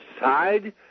side